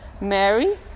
Mary